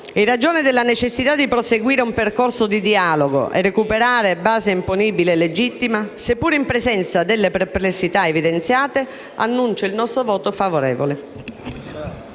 in ragione della necessità di proseguire un percorso di dialogo e di recuperare base imponibile legittima, seppur in presenza delle perplessità evidenziate, annuncio il nostro voto favorevole.